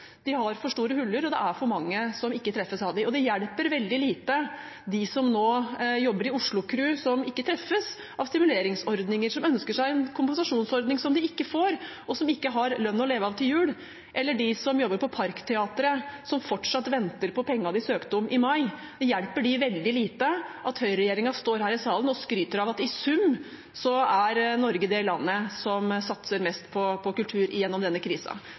de har for store huller, og det er for mange som ikke treffes av dem. Det hjelper veldig lite de som jobber i Oslo Kru, som ikke treffes av stimuleringsordningene, som ønsker seg en kompensasjonsordning som de ikke får, og som ikke har lønn å leve av til jul, eller de som jobber på Parkteateret, som fortsatt venter på pengene de søkte om i mai, at høyreregjeringen står her i salen og skryter av at Norge i sum er det landet som satser mest på kultur gjennom denne